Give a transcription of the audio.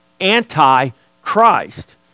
antichrist